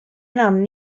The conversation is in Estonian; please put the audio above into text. enam